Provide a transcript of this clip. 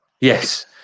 Yes